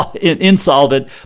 insolvent